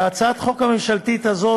והצעת החוק הממשלתית הזאת,